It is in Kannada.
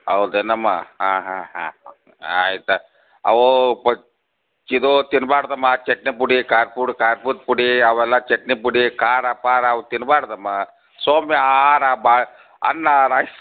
ಹೌದೇನಮ್ಮ ಆಂ ಹಾಂ ಹಾಂ ಆಯ್ತಾ ಅವು ಕೊಟ್ಟು ಇದು ತಿನ್ನಬಾರ್ದಮ್ಮ ಚಟ್ನಿ ಪುಡಿ ಖಾರ ಪುಡಿ ಕಾರ್ಪುದ್ ಪುಡಿ ಅವೆಲ್ಲ ಚಟ್ನಿ ಪುಡಿ ಖಾರ ಪಾರ ಅವು ತಿನ್ನಬಾರ್ದಮ್ಮ ಸೌಮ್ಯ ಆಹಾರ ಬ ಅನ್ನ ರೈಸ್